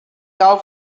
cau